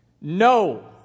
No